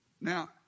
Now